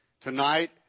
tonight